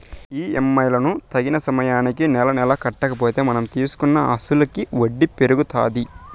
EMI లను తగిన సమయానికి నెలనెలా కట్టకపోతే మనం తీసుకున్న అసలుకి వడ్డీ పెరుగుతాది